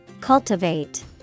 Cultivate